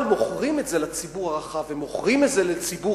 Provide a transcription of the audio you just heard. אבל מוכרים את זה לציבור הרחב ומוכרים את זה לציבור